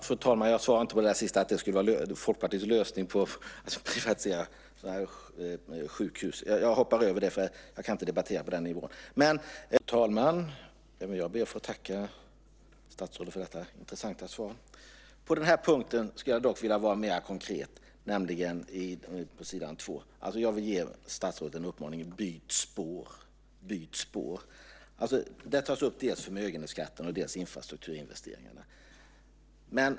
Fru talman! Även jag ber att få tacka statsrådet för detta intressanta svar. På en punkt skulle jag dock vilja vara mer konkret, nämligen när det gäller det som står på s. 2. Jag vill ge statsrådet en uppmaning: Byt spår! Där tas upp dels förmögenhetsskatten, dels infrastrukturinvesteringarna.